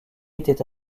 étaient